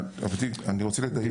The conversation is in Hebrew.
אני רוצה לדייק.